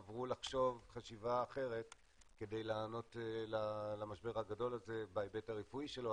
עברו לחשוב חשיבה אחרת כדי לענות למשבר הגדול הזה בהיבט הרפואי שלו,